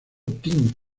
tin